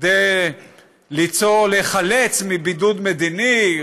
כדי להיחלץ מבידוד מדיני.